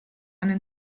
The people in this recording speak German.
eine